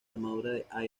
armadura